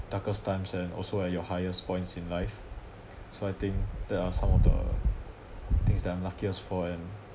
darkest times and also at your highest points in life so I think that are some of the things that I'm luckiest for and